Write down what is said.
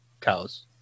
cows